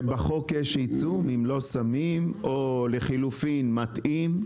בחוק יש עיצום, אם לא שמים או לחילופין מטעים?